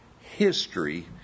history